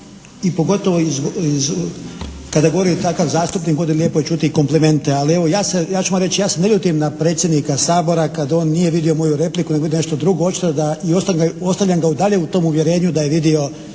i pogotovo kada govori takav zastupnik bude lijepo čuti i komplimente. Ali evo, ja ću vam reći ja se ne ljutim na predsjednika Sabora kad on nije vidio moju repliku, nego nešto drugo. Očito da, i ostavljam ga i dalje u tom uvjerenju, da je vidio